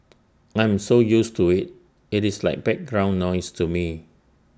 I'm so used to IT it is like background noise to me